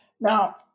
Now